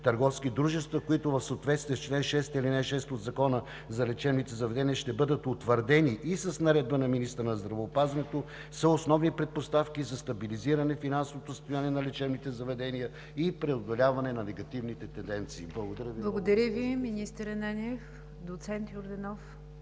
търговски дружества, които в съответствие с чл. 6, ал. 6 от Закона за лечебните заведения ще бъдат утвърдени и с наредба на министъра на здравеопазването, са основни предпоставки за стабилизиране на финансовото състояние на лечебните заведения и преодоляване на негативните тенденции. Благодаря. ПРЕДСЕДАТЕЛ НИГЯР ДЖАФЕР: Благодаря